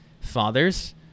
Fathers